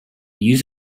use